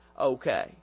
okay